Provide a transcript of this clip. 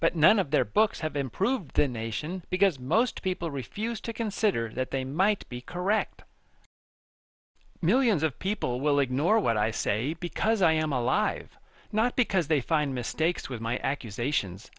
but none of their books have improved the nation because most people refuse to consider that they might be correct millions of people will ignore what i say because i am alive not because they find mistakes with my accusations